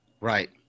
Right